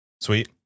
Sweet